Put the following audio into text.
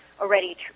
already